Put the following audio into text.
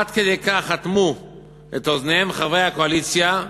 עד כדי כך אטמו את אוזניהם, חברי הקואליציה,